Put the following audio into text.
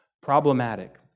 Problematic